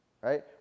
right